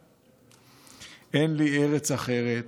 אין לי ארץ אחרת,